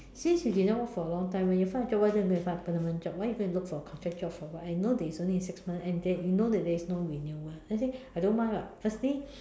since you didn't work for a long time when you find a job why don't you go and find a permanent job why you go and look for a contract job for what and you know it's only six month and you know there is no renewal then I say I don't mind [what] firstly